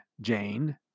jane